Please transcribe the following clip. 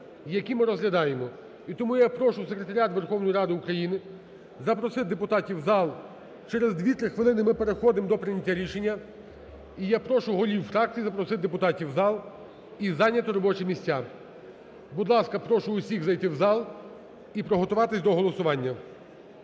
які ми розглядаємо. І тому я прошу Секретаріат Верховної Ради України запросити депутатів в зал, через 2-3 хвилини ми переходимо до прийняття рішення. І я прошу голів фракцій запросити депутатів в зал і зайняти робочі місця. Будь ласка, прошу усіх зайти в зал і приготуватись до голосування.